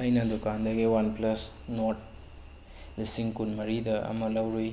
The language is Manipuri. ꯑꯩꯅ ꯗꯨꯀꯥꯟꯗꯒꯤ ꯋꯥꯟ ꯄ꯭ꯂꯁ ꯅꯣꯠ ꯂꯤꯁꯤꯡ ꯀꯨꯟꯃꯔꯤꯗ ꯑꯃ ꯂꯧꯔꯨꯏ